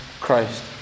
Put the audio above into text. Christ